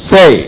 Say